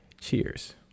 Cheers